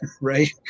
Right